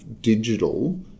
digital